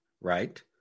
right